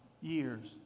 years